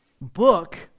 book